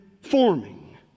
forming